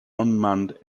unmanned